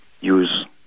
use